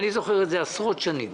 אני זוכר את זה עשרות שנים.